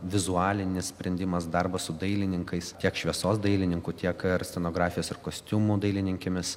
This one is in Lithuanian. vizualinis sprendimas darbas su dailininkais tiek šviesos dailininkų tiek scenografijos ir kostiumų dailininkėmis